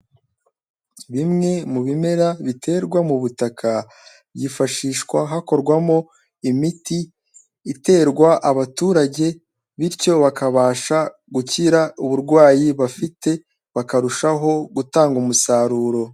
Bimwe mu bimera biterwa mu butaka, byifashishwa hakorwamo imiti iterwa abaturage, bityo bakabasha gukira uburwayi bafite, bakarushaho gutanga umusaruro.